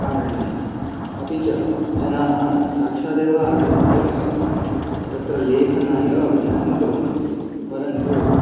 कारणीयः अपि च जनाः साक्षादेव आगत्य तत्र लेखनाय अभ्यासं कुर्वन्ति परन्तु